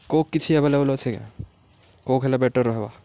coke କିଛି available ଅଛେ କେଁ କୋକ୍ ହେଲେ ବେଟର୍ ରହେବା